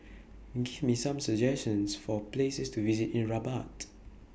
Give Me Some suggestions For Places to visit in Rabat